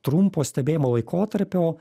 trumpo stebėjimo laikotarpio